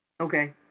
Okay